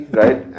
right